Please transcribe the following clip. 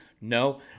No